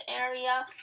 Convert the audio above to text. area